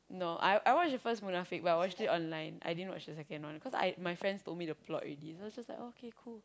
no I I watch the first movie last week well I watch it online I din watch the second one cause I my friends told me the plot already so I just like okay cool